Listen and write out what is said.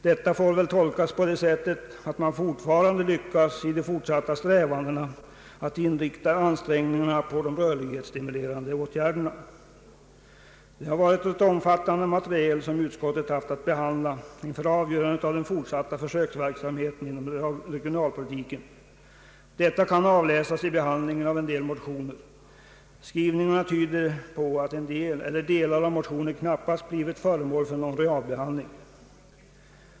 Detta får väl tolkas på det sättet, att man lyckas i de fortsatta strävandena att inrikta ansträngningarna på de rörlighetsstimulerande åtgärderna. Det har varit ett omfattande materiel som utskottet haft att behandla inför avgörandet om den fortsatta försöksverksamheten inom regionalpolitiken. Detta kan avläsas i behandlingen av en del motioner. Skrivningarna tyder på att en del eller delar av motioner knappast blivit föremål för någon realbehandling.